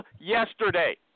yesterday